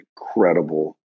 incredible